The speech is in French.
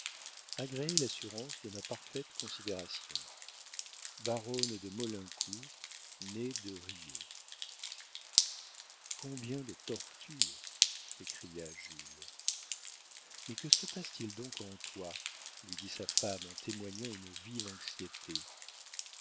agréez l'assurance de ma parfaite considération baronne de maulincour née de rieux combien de tortures s'écria jules mais que se passe-t-il donc en toi lui dit sa femme en témoignant une vive anxiété